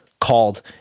called